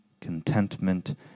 contentment